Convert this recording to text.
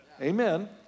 Amen